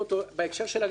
בהקשר המרשם.